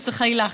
חס וחלילה,